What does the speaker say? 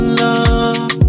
love